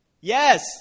Yes